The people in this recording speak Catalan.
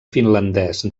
finlandès